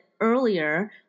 earlier